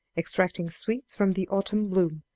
extracting sweets from the autumn bloom,